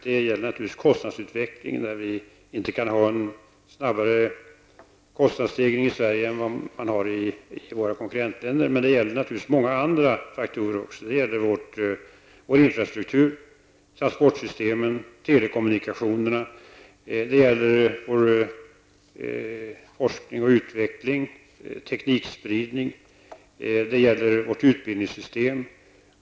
Det gäller naturligtvis kostnadsutvecklingen, där vi inte kan ha en snabbare kostnadsstegring i Sverige än kostnadsstegringen i våra konkurrentländer. Det gäller naturligtvis många andra faktorer som vår infrastruktur, transportsystem, telekommunikationerna, forskning och utveckling, teknikspridning och vårt utbildningssystem.